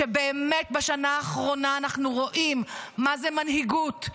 שבאמת בשנה האחרונה אנחנו רואים מה זה מנהיגות,